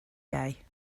day